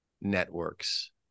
networks